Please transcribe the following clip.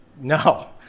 No